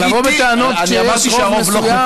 לבוא בטענות כשיש רוב מסוים,